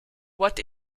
what